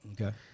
okay